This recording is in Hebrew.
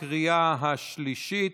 שישה חברי כנסת,